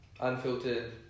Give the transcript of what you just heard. unfiltered